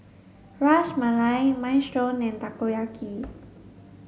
Ras Malai Minestrone and Takoyaki